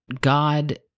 God